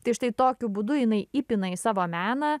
tai štai tokiu būdu jinai įpina į savo meną